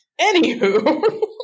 Anywho